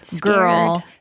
girl